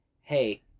hey